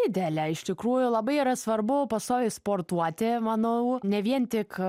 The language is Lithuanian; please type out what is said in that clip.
ideale iš tikrųjų labai yra svarbu pastoviai sportuoti manau ne vien tik